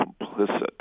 complicit